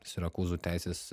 sirakūzų teisės